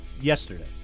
yesterday